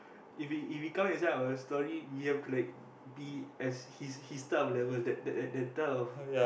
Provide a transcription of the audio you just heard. if he if he come inside our story we have like be as his his type of level that that that type of